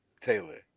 Taylor